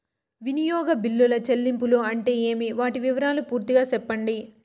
వినియోగ బిల్లుల చెల్లింపులు అంటే ఏమి? వాటి వివరాలు పూర్తిగా సెప్పండి?